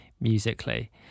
musically